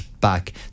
back